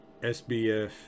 SBF